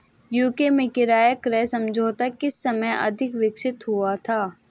UK में किराया क्रय समझौता किस समय अधिक विकसित हुआ था?